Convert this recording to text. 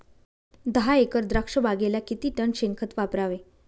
दहा एकर द्राक्षबागेला किती टन शेणखत वापरावे?